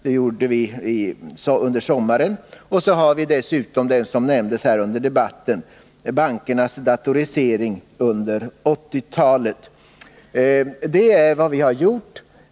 Dessutom har vi, som nämndes under debatten här, lagt fram en rapport om bankernas datorisering under 1980-talet. Det är vad vi har gjort.